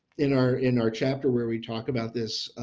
in our in our chapter where we talked about this.